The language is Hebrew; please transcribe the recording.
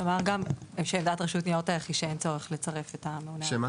גם עמדת רשות ניירות ערך היא שאין צורך להוסיף את השלב